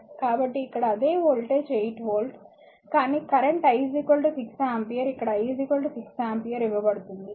కాబట్టి ఇక్కడ అదే వోల్టేజ్ 8 వోల్ట్ కానీ కరెంట్ I 6 ఆంపియర్ ఇక్కడ I 6 ఆంపియర్ ఇవ్వబడింది